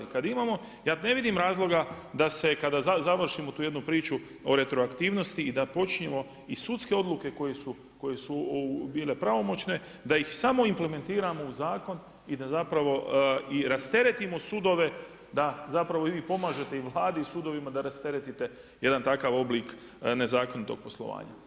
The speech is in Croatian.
Kad imamo ja ne vidim razloga da se kada završimo tu jednu priču o retroaktivnosti i da počinjemo i sudske odluke koje su bile pravomoćne da ih samo implementiramo u zakon i da zapravo rasteretimo sudove da zapravo, vi pomažete i Vladi i sudovima da rasteretite jedan takav oblik nezakonitog poslova.